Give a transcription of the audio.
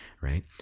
Right